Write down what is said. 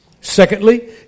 Secondly